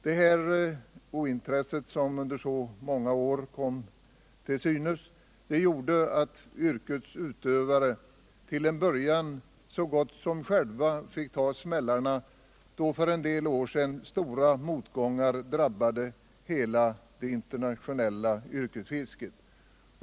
Det ointresse som kom till synes under så många år gjorde att yrkets utövare till en början så gott som ensamma fick ta smällarna, då för en del år sedan stora motgångar drabbade hela det internationella yrkesfisket.